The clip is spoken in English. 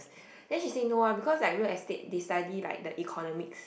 then she say no ah because like real estate they study like the economics